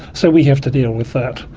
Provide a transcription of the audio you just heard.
so we have to deal with that.